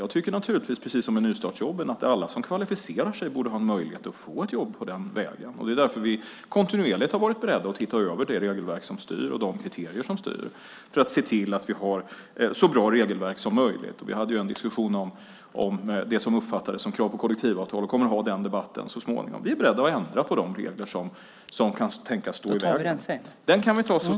Jag tycker naturligtvis precis som i fråga om nystartsjobben att alla som kvalificerar sig borde få möjlighet att få ett jobb den vägen. Det är därför som vi kontinuerligt har varit beredda att se över det regelverk och de kriterier som styr för att se till att vi har så bra regelverk som möjligt. Vi hade en diskussion om det som uppfattades som krav på kollektivavtal, och vi kommer att ha den debatten så småningom. Vi är beredda att ändra på de regler som kan tänkas stå i vägen. : Den tar vi sedan.)